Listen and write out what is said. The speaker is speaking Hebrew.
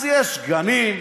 אז יש גנים,